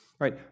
Right